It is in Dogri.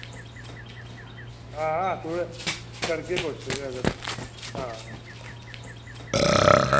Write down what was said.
हां थोह्ड़ा करगे कोशश अगर हां